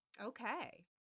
okay